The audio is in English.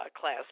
class